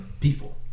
people